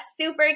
super